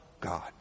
God